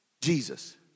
Jesus